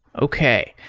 okay.